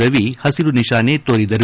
ರವಿ ಹಸಿರು ನಿಶಾನೆ ತೋರಿದರು